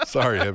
Sorry